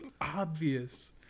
obvious